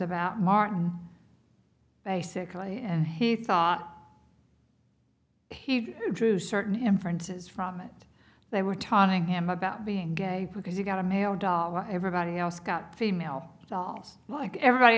about martin basically and he thought he drew certain inferences from it they were taunting him about being gay because you got a male doll and everybody else got female self like everybody